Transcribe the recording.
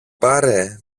πάρε